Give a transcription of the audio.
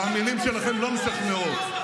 והמילים שלכם לא משכנעות.